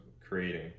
creating